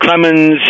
Clemens